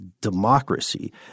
democracy